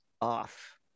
Off